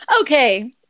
okay